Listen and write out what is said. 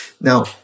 Now